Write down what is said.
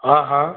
हाँ हाँ